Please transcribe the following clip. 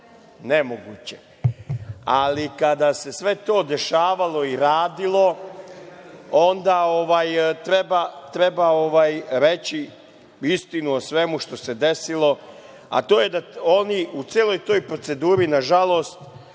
Nemoguće. Ali, kada se sve to dešavalo i radilo, onda treba reći istinu o svemu što se desilo, a to je oni u celoj toj proceduri, nažalost,